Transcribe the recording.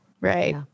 Right